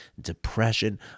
depression